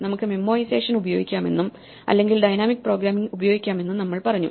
നമുക്ക് മെമ്മോഐസേഷൻ ഉപയോഗിക്കാമെന്നും അല്ലെങ്കിൽ ഡൈനാമിക് പ്രോഗ്രാമിംഗ് ഉപയോഗിക്കാമെന്നും നമ്മൾ പറഞ്ഞു